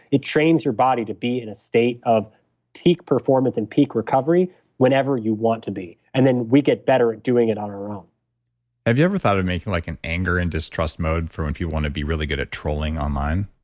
it trains your body to be in a state of peak performance and peak recovery whenever you want to be. and then we get better at doing it on our own have you ever thought of making like an anger and distrust mode for when people want to be really good at trolling online?